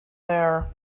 there